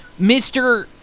mr